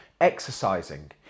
Exercising